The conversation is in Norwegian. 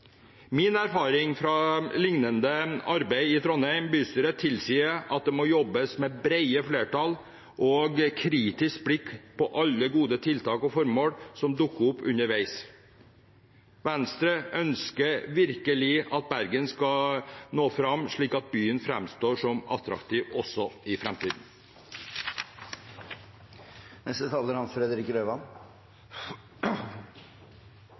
Min erfaring fra lignende arbeid i Trondheim bystyre tilsier at det må jobbes med brede flertall og kritisk blikk på alle gode tiltak og formål som dukker opp underveis. Venstre ønsker virkelig at Bergen skal nå fram, slik at byen framstår som attraktiv også i